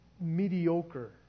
mediocre